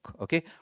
okay